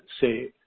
say